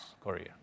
Korea